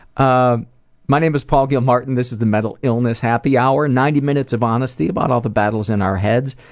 um my name is paul gilmartin, this is the mental illness happy hour, ninety minutes of honesty about all of the battles in our heads.